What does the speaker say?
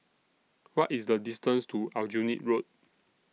What IS The distance to Aljunied Road